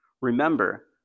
Remember